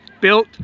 built